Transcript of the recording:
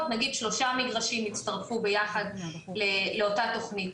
נגיד שלושה מגרשים יצטרפו ביחד לאותה תכנית.